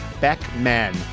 Beckman